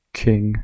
king